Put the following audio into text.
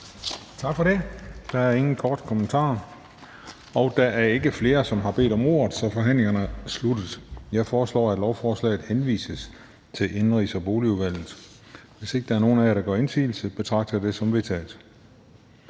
Tak for det. Der er ingen korte bemærkninger. Der er ikke flere, som har bedt om ordet, så forhandlingen er sluttet. Jeg foreslår, at lovforslaget henvises til Indenrigs- og Boligudvalget. Hvis ingen af jer gør indsigelse, betragter jeg det som vedtaget.